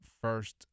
first